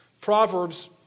Proverbs